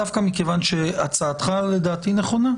דווקא מכיוון שהצעתך לדעתי נכונה,